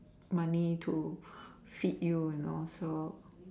money to feed you know so